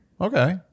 Okay